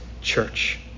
church